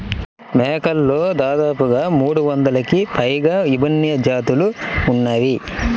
మేకలలో దాదాపుగా మూడొందలకి పైగా విభిన్న జాతులు ఉన్నాయి